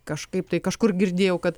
kažkaip tai kažkur girdėjau kad